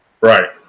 right